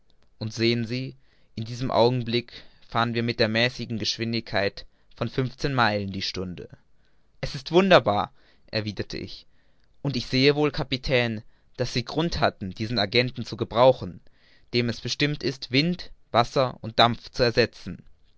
und sehen sie in diesem augenblick fahren wir mit der mäßigen geschwindigkeit von fünfzehn meilen die stunde es ist wunderbar erwiderte ich und ich sehe wohl kapitän daß sie grund hatten diesen agenten zu gebrauchen dem es bestimmt ist wind wasser und dampf zu ersetzen